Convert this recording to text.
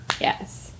Yes